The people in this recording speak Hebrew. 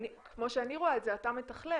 כמו שאני רואה את זה אתה מתכלל,